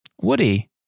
Woody